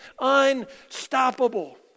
unstoppable